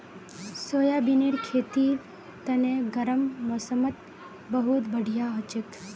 सोयाबीनेर खेतीर तने गर्म मौसमत बहुत बढ़िया हछेक